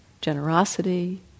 generosity